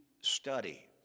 study